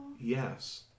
Yes